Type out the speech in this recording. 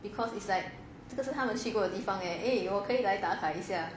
because it's like because of 他们去过的地方 eh eh 我可以来打卡一下